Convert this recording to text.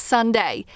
Sunday